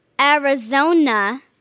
Arizona